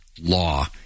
law